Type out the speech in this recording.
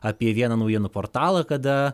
apie vieną naujienų portalą kada